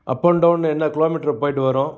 up and down என்ன kilometre போய்ட்டு வரும்